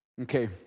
Okay